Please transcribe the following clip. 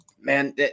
man